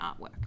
artwork